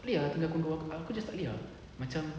tak boleh ah aku just tak boleh ah macam